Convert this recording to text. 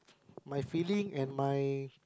my feeling and my